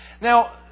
Now